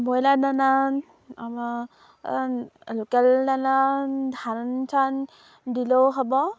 broiler দানাত local দানা ধান চান দিলেও হ'ব